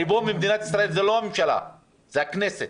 הריבון במדינת ישראל זה לא הממשלה, זה הכנסת.